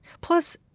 Plus